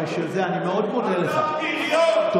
בריון,